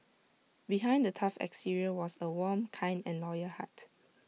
behind the tough exterior was A warm kind and loyal heart